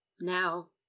Now